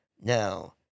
Now